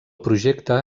projecte